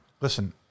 Listen